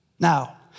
Now